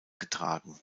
getragen